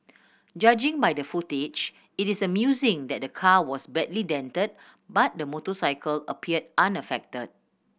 judging by the footage it is amusing that the car was badly dented but the motorcycle appeared unaffected